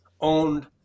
owned